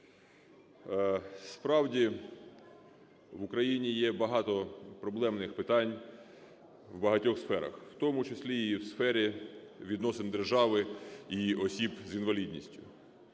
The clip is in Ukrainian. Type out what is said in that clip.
Справді, в Україні є багато проблемних питань у багатьох сферах, в тому числі і в сфері відносин держави і осіб з інвалідністю.